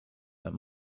that